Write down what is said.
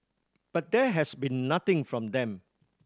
but there has been nothing from them